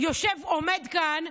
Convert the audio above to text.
עומד כאן,